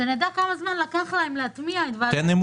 שנדע כמה זמן לקח להם להטמיע את ועדת